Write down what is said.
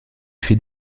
fait